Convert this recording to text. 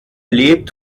lebt